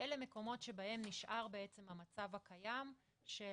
אלו מקומות בהם שנשאר בעצם המצב הקיים של